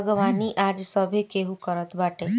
बागवानी आज सभे केहू करत बाटे